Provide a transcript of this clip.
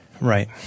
right